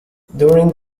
during